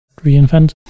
reInvent